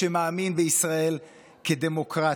שמאמין בישראל כדמוקרטיה.